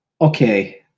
okay